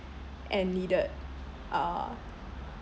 and needed uh